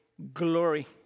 Glory